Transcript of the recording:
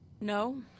No